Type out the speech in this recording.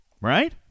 Right